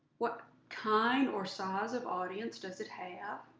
what kind or size of audience does it have,